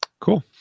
cool